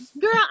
girl